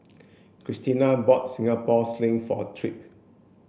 Cristina bought Singapore sling for Tripp